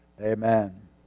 Amen